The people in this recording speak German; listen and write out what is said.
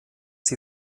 sie